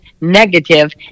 negative